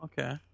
Okay